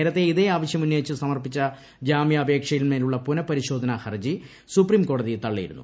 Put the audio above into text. നേരത്തെ ഇതേ ആവശ്യം ഉന്നയിച്ച് സമർപ്പിച്ച ജാമ്യാപേക്ഷയിന്മേലുള്ള പുനപരിശോധനാ ഹർജി സുപ്രീം കോടതി തള്ളിയിരുന്നു